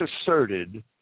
asserted